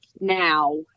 now